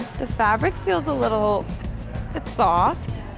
the fabric feels a little soft,